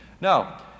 Now